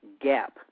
gap